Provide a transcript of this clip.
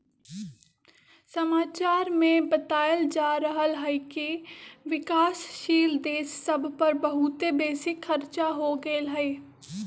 समाचार में बतायल जा रहल हइकि विकासशील देश सभ पर बहुते बेशी खरचा हो गेल हइ